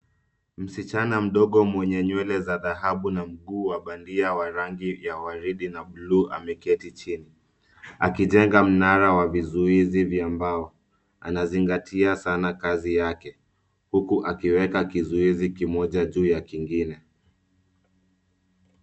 Msichana mdogo mwenye nywele za dhahabu na mguu wa bandia wa rangi ya waridi na buluu ameketi chini akijenga mnara wa vizuizi vya mbao. Anazingatia sana kazi yake huku akiweka kizuizi kimoja juu ya kingine.